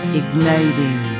igniting